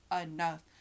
enough